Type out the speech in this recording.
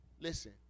listen